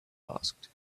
asked